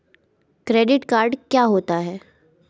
Credit card क्या होता है?